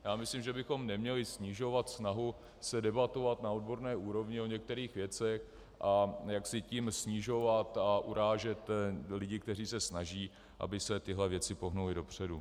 Já myslím, že bychom neměli snižovat snahu debatovat na odborné úrovni o některých věcech a jaksi tím snižovat a urážet lidi, kteří se snaží, aby se tyto věci pohnuly dopředu.